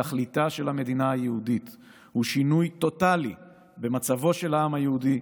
תכליתה של המדינה היהודית היא שינוי טוטלי במצבו של העם היהודי,